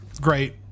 great